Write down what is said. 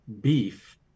beef